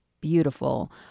beautiful